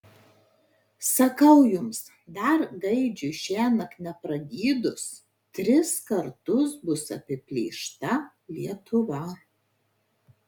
sakau jums dar gaidžiui šiąnakt nepragydus tris kartus bus apiplėšta lietuva